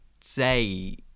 say